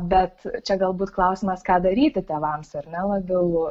bet čia galbūt klausimas ką daryti tėvams ar ne labiau